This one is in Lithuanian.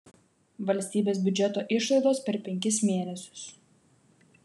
valstybės biudžeto išlaidos per penkis mėnesius